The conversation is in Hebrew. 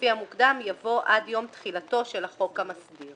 "לפי המוקדם," יבוא "עד יום תחילתו של החוק המסדיר."